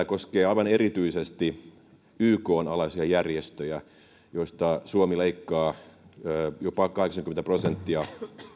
koskee aivan erityisesti ykn alaisia järjestöjä joista suomi leikkaa jopa kahdeksankymmentä prosenttia